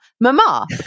mama